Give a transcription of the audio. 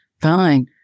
fine